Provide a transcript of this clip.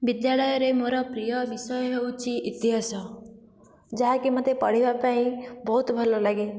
ବିଦ୍ୟାଳୟରେ ମୋର ପ୍ରିୟ ବିଷୟ ହେଉଛି ଇତିହାସ ଯାହାକି ମୋତେ ପଢ଼ିବା ପାଇଁ ବହୁତ ଭଲ ଲାଗେ